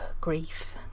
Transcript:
grief